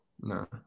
No